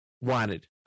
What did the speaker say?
wanted